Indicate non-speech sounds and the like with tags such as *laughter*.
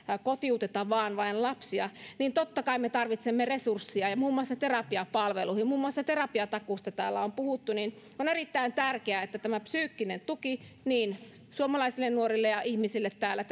kotiuteta vaan vain lapsia ja totta kai me tarvitsemme resursseja muun muassa terapiapalveluihin muun muassa terapiatakuusta täällä on puhuttu on erittäin tärkeää että terapiatakuun myötä psyykkinen tuki niin suomalaisille nuorille ja ihmisille täällä *unintelligible*